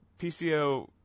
PCO